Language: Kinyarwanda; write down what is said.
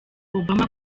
obama